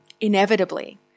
inevitably